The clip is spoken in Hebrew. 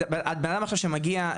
בנאדם עכשיו שמגיע,